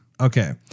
Okay